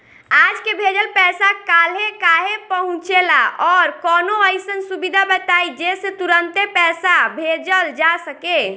आज के भेजल पैसा कालहे काहे पहुचेला और कौनों अइसन सुविधा बताई जेसे तुरंते पैसा भेजल जा सके?